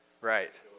right